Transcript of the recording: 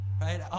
right